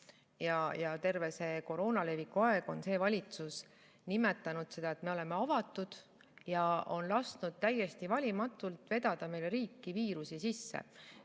ja terve koroona leviku aeg on see valitsus öelnud, et me oleme avatud, ja lasknud täiesti valimatult vedada meile riiki viirusi sisse.